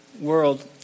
world